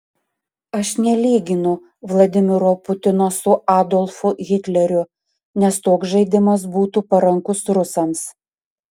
aš nelyginu vladimiro putino su adolfu hitleriu nes toks žaidimas būtų parankus rusams